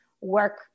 work